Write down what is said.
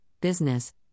business